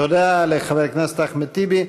תודה לחבר הכנסת אחמד טיבי.